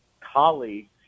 colleagues